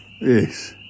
Yes